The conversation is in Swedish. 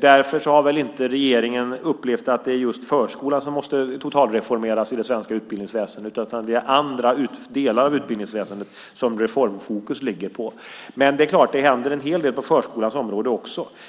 Därför har inte regeringen upplevt att det är just förskolan som måste totalreformeras i det svenska utbildningsväsendet. Det är andra delar av utbildningsväsendet som reformfokus ligger på. Men det är klart att det händer en hel del också på förskolans område.